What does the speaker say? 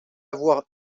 avoir